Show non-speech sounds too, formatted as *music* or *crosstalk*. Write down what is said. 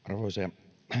*unintelligible* arvoisa